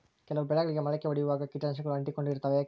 ಕೆಲವು ಬೆಳೆಗಳಿಗೆ ಮೊಳಕೆ ಒಡಿಯುವಾಗ ಕೇಟನಾಶಕಗಳು ಅಂಟಿಕೊಂಡು ಇರ್ತವ ಯಾಕೆ?